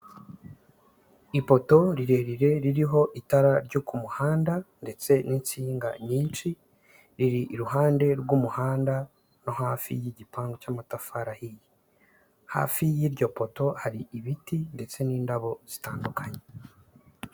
Ipoto rirerire ririho itara ryo ku muhanda ndetse n'insinga nyinshi. Riri iruhande rw'umuhanda no hafi y'igipangu cy'amatafari ahiye. Hafi y'iryo poto hari ibiti ndetse n'indabo zitandukanye.